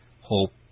Hope